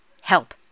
help